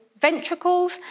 ventricles